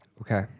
okay